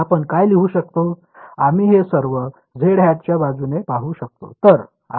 आम्ही हे सर्व zˆ च्या बाजूने पाहू शकतो